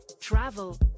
travel